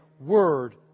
Word